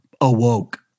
awoke